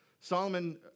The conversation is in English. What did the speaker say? Solomon